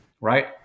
right